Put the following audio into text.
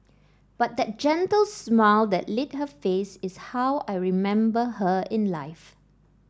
but that gentle smile that lit her face is how I remember her in life